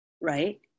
right